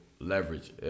leverage